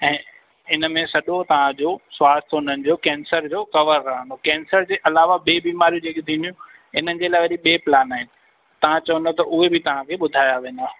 ऐं इनमें सॼो तव्हांजो स्वास्थ्य हुननि जो कैंसर जो कवर रहंदो कैंसर जे अलावा ॿिए बीमारियूं जेके थींदियूं इन्हनि जे लाइ वरी ॿिए प्लान आहिनि तव्हां चवंदव त उहे बि तव्हांखे ॿुधाया वेंदा